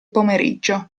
pomeriggio